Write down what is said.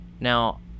Now